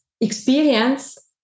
experience